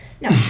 no